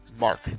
Mark